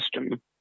system